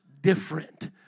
different